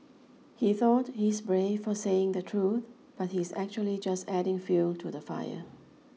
he thought he's brave for saying the truth but he's actually just adding fuel to the fire